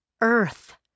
Earth